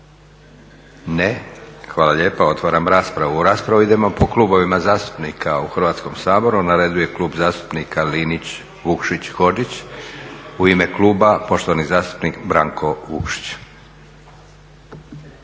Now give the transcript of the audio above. Ne. Hvala lijepa. Otvaram raspravu. U raspravu idemo po klubovima zastupnika u Hrvatskom saboru, na redu je Klub zastupnika Linić, Vukšić, Hodžić. U ime kluba poštovani zastupnik Branko Vukšić.